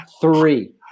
three